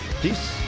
Peace